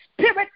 spirit